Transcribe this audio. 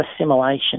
assimilation